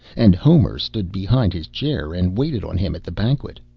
and homer stood behind his chair and waited on him at the banquet.